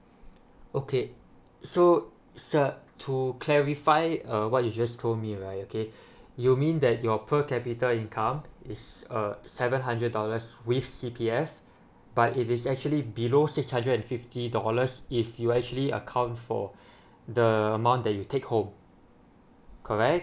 okay so sir to clarify err what you just told me right okay you mean that your per capita income is uh seven hundred dollars with C_P_F but it is actually below six hundred and fifty dollars if you actually account for the amount that you take home correct